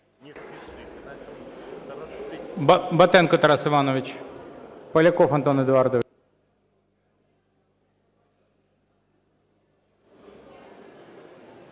Батенко Тарас Іванович. Поляков Антон Едуардович.